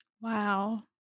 Wow